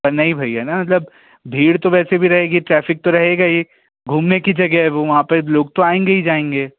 नहीं भैया मतलब भीड़ तो वैसे भी रहेगी ट्रैफ़िक तो रहेगा ही घूमने की जगह है वो वहाँ तो लोग तो आएंगे ही जाएंगे